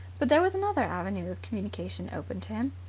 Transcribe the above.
but there was another avenue of communication open to him.